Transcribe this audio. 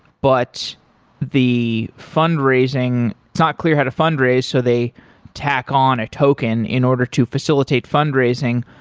but the fundraising it's not clear how to fundraise, so they tack on a token in order to facilitate fundraising.